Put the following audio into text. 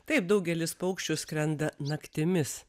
taip daugelis paukščių skrenda naktimis